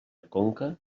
conca